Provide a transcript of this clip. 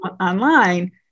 online